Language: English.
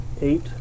Eight